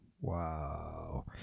wow